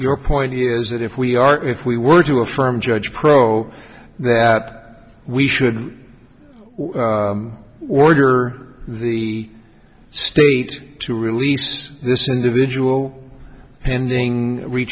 your point is that if we are if we were to affirm judge pro that we should order the state to release this individual pending